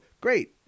great